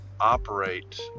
operate